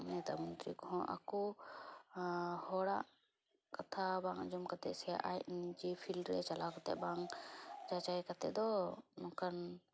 ᱱᱮᱛᱟ ᱢᱚᱱᱛᱨᱤ ᱠᱚᱦᱚᱸ ᱟᱠᱚ ᱦᱚᱲᱟᱜ ᱠᱟᱛᱷᱟ ᱵᱟᱝ ᱟᱧᱡᱚᱢ ᱠᱟᱛᱮᱫ ᱥᱮ ᱟᱡ ᱱᱤᱡᱮ ᱯᱷᱤᱞᱰ ᱨᱮ ᱪᱟᱞᱟᱣ ᱠᱟᱛᱮᱫ ᱵᱟᱝ ᱡᱟᱪᱟᱭ ᱠᱟᱛᱮᱫ ᱫᱚ ᱚᱱᱠᱟᱱ